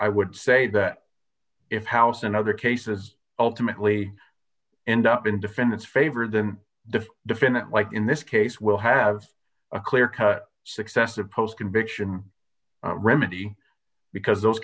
would say that if house and other cases ultimately end up in defendant's favor then the defendant like in this case will have a clear cut successive post conviction remedy because those